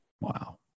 Wow